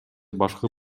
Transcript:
башкы